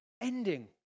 ending